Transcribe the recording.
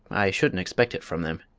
i shouldn't expect it from them.